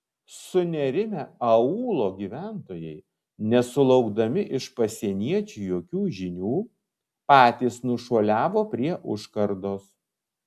sunerimę aūlo gyventojai nesulaukdami iš pasieniečių jokių žinių patys nušuoliavo prie užkardos